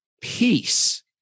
peace